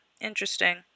interesting